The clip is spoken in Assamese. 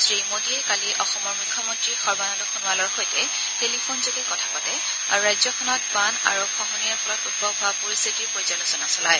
শ্ৰী মোদীয়ে কালি অসমৰ মুখ্যমন্তী সৰ্বানন্দ সোণোৱালৰ সৈতে টেলিফোনযোগে কথা পাতে আৰু ৰাজ্যখনত বান আৰু খহনীয়াৰ ফলত উদ্ভৱ হোৱা পৰিস্থিতিৰ পৰ্যালোচনা চলায়